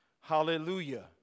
Hallelujah